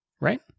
right